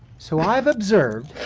so i've observed.